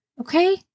Okay